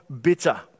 bitter